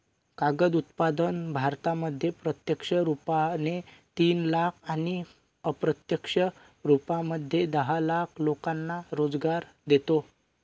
कागद उत्पादन भारतामध्ये प्रत्यक्ष रुपाने तीन लाख आणि अप्रत्यक्ष रूपामध्ये दहा लाख लोकांना रोजगार देतो